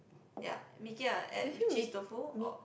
ya Mee-Kia add with cheese tofu or